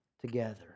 together